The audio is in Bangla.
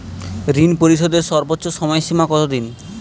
ঋণ পরিশোধের সর্বোচ্চ সময় সীমা কত দিন?